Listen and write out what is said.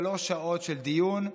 שלוש שעות של דיון,